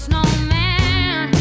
Snowman